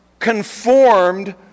conformed